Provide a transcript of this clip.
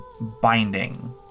Binding